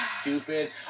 stupid